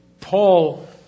Paul